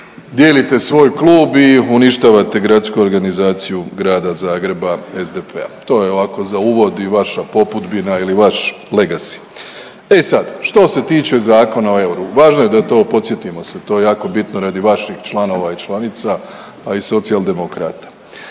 dijelite svoj klub i uništavate Gradsku organizaciju Grada Zagreba SDP-a. To je ovako za uvod i vaša popudbina ili vaš legasi. E sad, što se tiče Zakona o euru, važno je da to podsjetimo se, to je jako bitno radi vaših članova i članica, a i Socijaldemokrata.